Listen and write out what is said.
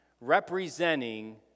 representing